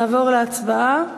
נעבור להצבעה.